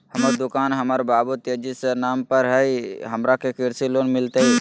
हमर दुकान हमर बाबु तेजी के नाम पर हई, हमरा के कृषि लोन मिलतई?